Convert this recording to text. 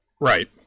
Right